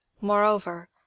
Moreover